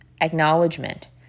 acknowledgement